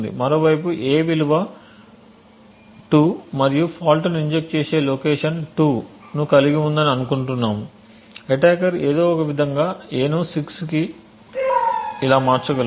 మరోవైపు a విలువ 2 మరియు ఫాల్ట్ను ఇంజెక్ట్చేసే లొకేషన్ 2 ను కలిగి ఉందని అనుకుంటున్నాము అటాకర్ ఏదో ఒకవిధంగా a ను 6 కి ఇలా మార్చగలడు